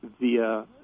via